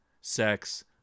sex